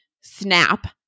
snap